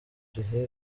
igihe